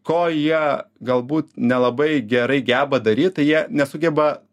ko jie galbūt nelabai gerai geba daryt tai jie nesugeba